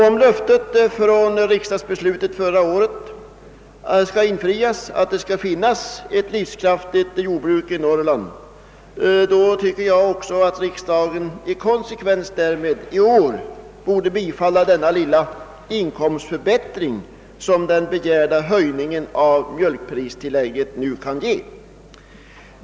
Om löftet från riksdagsbeslutet förra året, att det skall finnas ett livskraftigt jordbruk i Norrland, skall infrias borde riksdagen i år bifalla den lilla inkomstförbättring som den begärda höjningen av mijölkpristillägget kan ge.